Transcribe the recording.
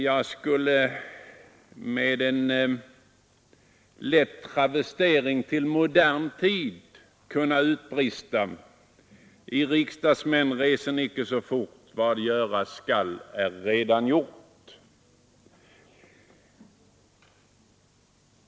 Jag skulle med en lätt travestering till modern tid kunna utbrista: I riksdagsmän resen icke så fort, vad göras skall är redan gjort!